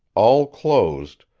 all closed,